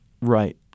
Right